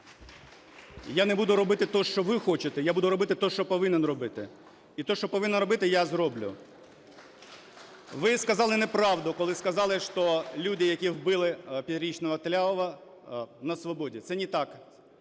Я не буду робити того, що ви хочете, я буду робити те, що повинен робити. І те, що повинен робити, я зроблю. Ви сказали неправду, коли сказали, що люди, які вбили 5-річного Тлявова, на свободі. Це не так.